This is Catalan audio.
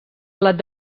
blat